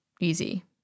easy